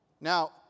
Now